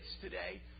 today